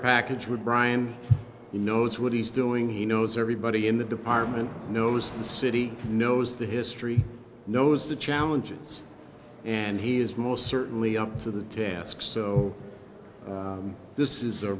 package with bryan he knows what he's doing he knows everybody in the department knows the city knows the history knows the challenges and he is most certainly up to the task so this is a